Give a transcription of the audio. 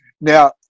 Now